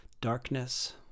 Darkness